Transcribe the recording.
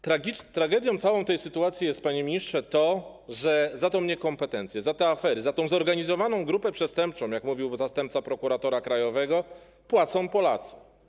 Tragedią w tej całej sytuacji jest to, panie ministrze, że za tę niekompetencję, za te afery, za tę zorganizowaną grupę przestępczą, jak mówił zastępca prokuratora krajowego, płacą Polacy.